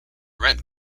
rent